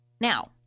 Now